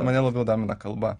mane labiau domina kalba